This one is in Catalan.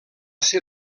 ser